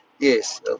yes